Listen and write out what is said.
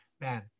man